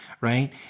right